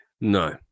No